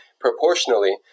proportionally